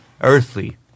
earthly